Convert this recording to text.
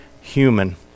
human